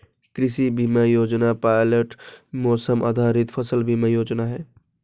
कृषि बीमा योजना पायलट मौसम आधारित फसल बीमा योजना है